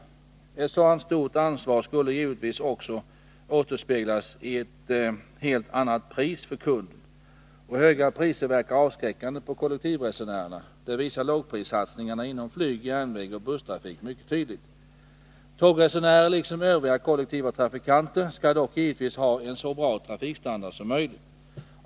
Ett sådant stort ansvar skulle givetvis också återspeglas i ett helt annat pris för kunden. Och höga priser verkar avskräckande för kollektivresenärerna — det visar lågprissatsningarna inom flyg, järnväg och busstrafik mycket tydligt. Tågresenärer liksom övriga kollektiva trafikanter skall dock givetvis ha en så bra trafikstandard som möjligt.